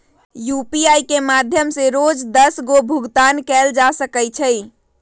UPI के माध्यम से रोज दस गो भुगतान कयल जा सकइ छइ